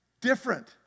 Different